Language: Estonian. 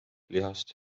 lihast